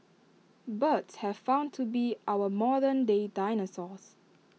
birds have found to be our modern day dinosaurs